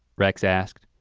rex asked.